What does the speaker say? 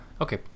okay